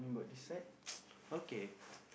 okay